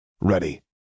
Ready